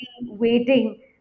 waiting